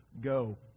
Go